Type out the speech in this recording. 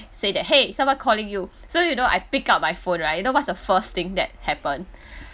say that !hey! someone calling you so you know I picked up my phone right you know what's the first thing that happened